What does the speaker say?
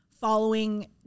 following